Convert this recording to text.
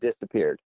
disappeared